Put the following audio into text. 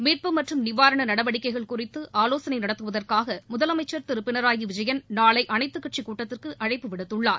மீட்பு மற்றும் நிவாரண நடவடிக்கைகள் குறித்து ஆவோசனை நடத்துவதற்காக முதலமைச்சர் திரு பினராயி விஜயன் நாளை அனைத்துக் கட்சி கூட்டத்திற்கு அழைப்பு விடுத்துள்ளார்